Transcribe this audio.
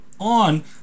On